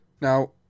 Now